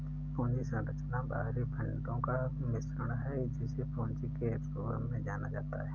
पूंजी संरचना बाहरी फंडों का मिश्रण है, जिसे पूंजी के रूप में जाना जाता है